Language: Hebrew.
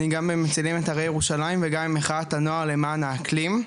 אני גם מצילים את הרי ירושלים וגם עם מחאת הנוער למען האקלים.